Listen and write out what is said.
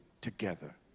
together